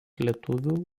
lietuvių